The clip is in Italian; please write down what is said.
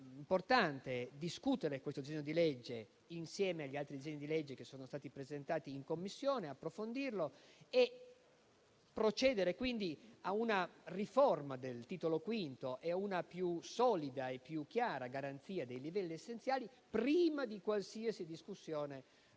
importante discutere questo disegno di legge insieme agli altri presentati in Commissione, approfondirlo e procedere quindi a una riforma del Titolo V e a una più solida e più chiara garanzia dei livelli essenziali, prima di qualsiasi discussione